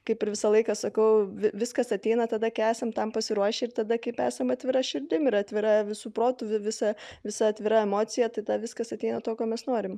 kaip ir visą laiką sakau viskas ateina tada kai esam tam pasiruošę ir tada kai esam atvira širdim ir atvira visu protu visa visa atvira emocija tada viskas ateina to ko mes norim